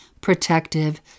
protective